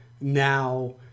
Now